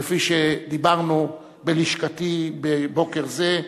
כפי שדיברנו בלשכתי בבוקר זה,